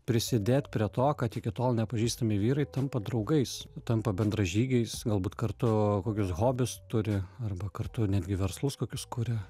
prisidėt prie to kad iki tol nepažįstami vyrai tampa draugais tampa bendražygiais galbūt kartu kokius hobius turi arba kartu netgi verslus kokius kuria